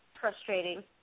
frustrating